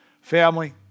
family